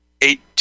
eight